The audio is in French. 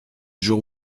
jour